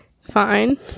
fine